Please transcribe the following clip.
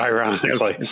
Ironically